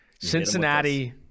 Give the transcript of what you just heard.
Cincinnati